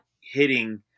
hitting